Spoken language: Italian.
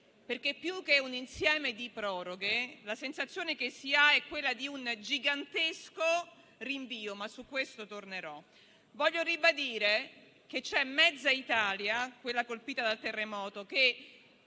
Più che un insieme di proroghe, la sensazione che si ha è quella di un gigantesco rinvio, ma su questo tornerò in seguito. Voglio ribadire che c'è mezza Italia, quella colpita dal terremoto, che